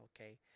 okay